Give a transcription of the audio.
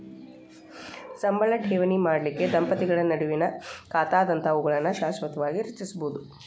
ಸಂಬಳ ಠೇವಣಿ ಮಾಡಲಿಕ್ಕೆ ದಂಪತಿಗಳ ನಡುವಿನ್ ಖಾತಾದಂತಾವುಗಳನ್ನ ಶಾಶ್ವತವಾಗಿ ರಚಿಸ್ಬೋದು